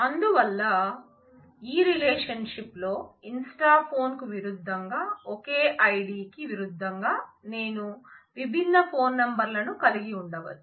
అందువల్ల ఈ రిలేషన్షిప్ లో inst phone కు విరుద్ధంగా ఒకే ఐడికి విరుద్ధంగా నేను విభిన్న ఫోన్ నెంబర్లను కలిగి ఉండవచ్చు